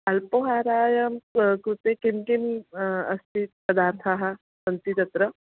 अल्पाहारस्य कृते किं किम् अस्ति पदार्थाः सन्ति तत्र